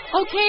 Okay